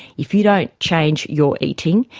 if you don't change your eating,